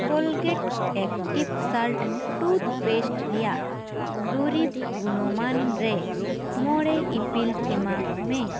Colgate active salt toothpaste ᱨᱮᱭᱟᱜ ᱫᱩᱨᱤᱵᱽ ᱜᱩᱱᱚᱢᱟᱱ ᱨᱮ ᱢᱚᱬᱮ ᱤᱯᱤᱞ ᱮᱢᱟᱜ ᱢᱮ